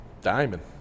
Diamond